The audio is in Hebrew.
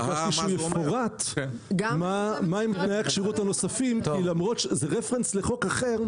אני ביקשתי שיפורטו תנאי הכשירות הנוספים למרות שזה רפרנס לחוק אחר,